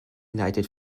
leitet